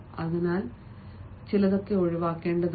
അതിനാൽ അതും ഒഴിവാക്കണം